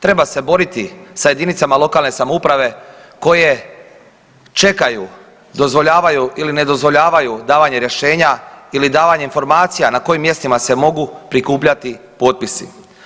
Treba se boriti sa jedinicama lokalne samouprave koje čekaju, dozvoljavaju ili ne dozvoljavaju davanje rješenja ili davanje informacija na kojim mjestima se mogu prikupljati potpisi.